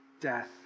death